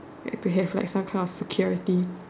like to have some like kind of security